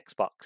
Xbox